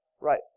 Right